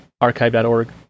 Archive.org